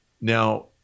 now